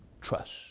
trust